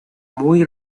muy